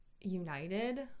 united